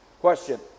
Question